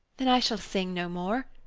then i shall sing no more,